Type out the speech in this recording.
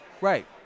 Right